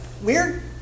weird